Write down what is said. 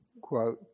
quote